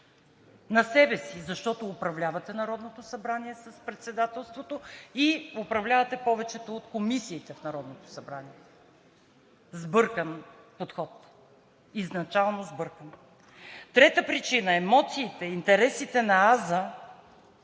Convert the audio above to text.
На себе си, защото управлявате Народното събрание с председателството и управлявате повечето от комисиите в Народното събрание. Сбъркан подход! Изначално сбъркан! Трета причина – емоциите, интересите на